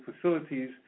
facilities